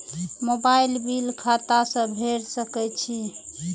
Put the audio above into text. Mobile bill खाता से भेड़ सके छि?